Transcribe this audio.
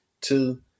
Two